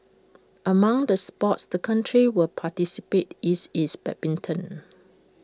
among the sports the country will participate is is bad bin ton